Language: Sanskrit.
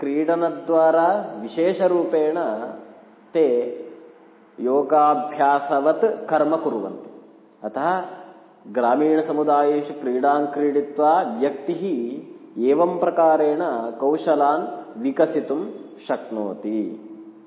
क्रीडनद्वारा विशेषरूपेण ते योगाभ्यासवत् कर्म कुर्वन्ति अतः ग्रामीणसमुदायेषु क्रीडां क्रीडित्वा व्यक्तिः एवं प्रकारेण कौशलान् विकसितुं शक्नोति